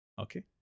Okay